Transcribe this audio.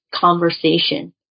conversation